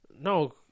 No